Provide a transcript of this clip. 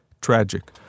tragic